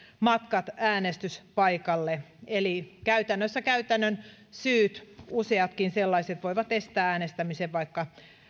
matkat äänestyspaikalla eli käytännössä käytännön syyt useatkin sellaiset voivat estää äänestämisen vaikka